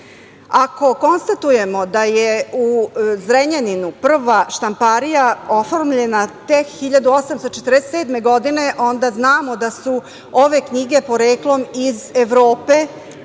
konstatujemo da je u Zrenjaninu prva štamparija oformljena tek 1847. godine, onda znamo da su ove knjige poreklom iz Evrope,